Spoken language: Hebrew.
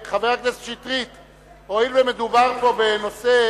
הואיל ומדובר פה בנושא